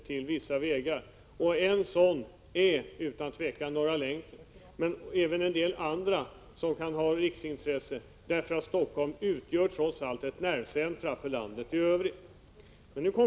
En sådan väg är utan tvivel Norra Länken, men det finns även andra vägar i Helsingforssområdet som kan ha riksintresse, för Helsingfors utgör trots allt ett nervcentrum för landet i övrigt.